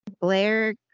Blair